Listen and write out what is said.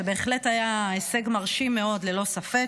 זה בהחלט היה הישג מרשים מאוד, ללא ספק,